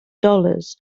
dollars